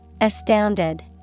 astounded